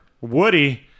Woody